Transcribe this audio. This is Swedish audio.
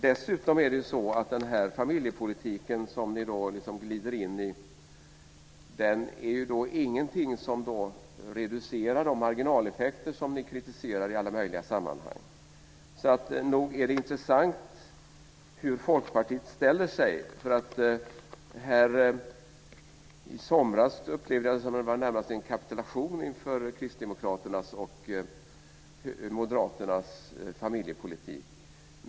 Dessutom är det så att den här familjepolitiken som Folkpartiet liksom glider in i ju inte är någonting som reducerar de marginaleffekter som ni kritiserar i alla möjliga sammanhang. Så nog är det intressant hur Folkpartiet ställer sig. I somras upplevde jag det som om det var närmast en kapitulation inför Kristdemokraternas och Moderaternas familjepolitik.